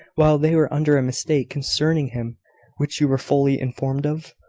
while they were under a mistake concerning him which you were fully informed of?